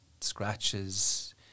scratches